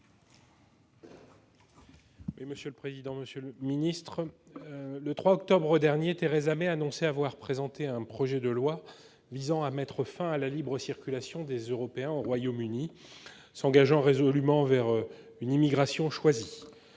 Jean-François Rapin. Monsieur le ministre, le 3 octobre dernier, Theresa May annonçait avoir présenté un projet de loi visant à mettre fin à la libre circulation des Européens au Royaume-Uni, s'engageant résolument vers une immigration choisie.